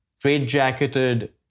trade-jacketed